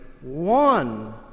one